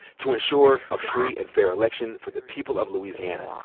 to ensure a free and fair election for the people of louisiana,